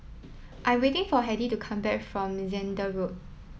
I waiting for Hedy to come back from Zehnder Road